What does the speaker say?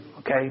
Okay